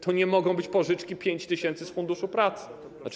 To nie mogą być pożyczki 5 tys. z Funduszu Pracy.